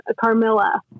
Carmilla